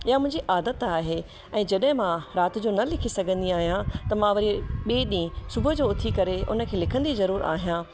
या मुंहिंजी आदत आहे ऐं जॾहिं मां राति जो न लिखी सघंदी आहियां त मां वरी ॿिए ॾींहं सुबूह जो उथी करे उन खे लिखंदी ज़रूरु आहियां